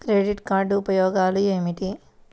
Credit card ఉపయోగాలు ఏమిటి?